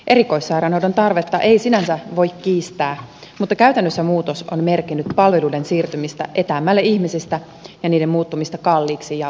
erikoissairaanhoidon tarvetta ei sinänsä voi kiistää mutta käytännössä muutos on merkinnyt palveluiden siirtymistä etäämmälle ihmisistä ja niiden muuttumista kalliiksi ja raskasliikkeisiksi